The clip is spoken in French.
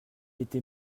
était